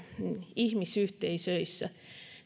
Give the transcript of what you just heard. ihmisyhteisöissä